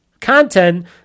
content